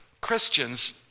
Christians